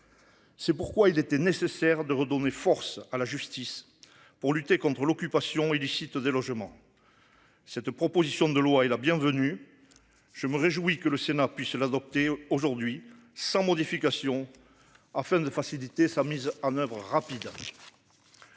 C'est pourquoi il était nécessaire de redonner force à la justice pour lutter contre l'occupation illicite des logements. Cette proposition de loi est la bienvenue. Je me réjouis que le Sénat puisse l'adopter aujourd'hui sans modification afin de faciliter sa mise en oeuvre rapide.